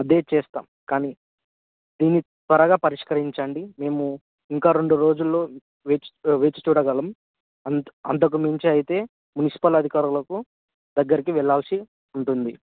అదే చేస్తాం కానీ దీని త్వరగా పరిష్కరించండి మేము ఇంకా రెండు రోజులలో వేచ్ వేచి చూడగలం అంత అంతకుమించి అయితే మున్సిపల్ అధికారుకు దగ్గరికి వెళ్ళాల్సి ఉంటుంది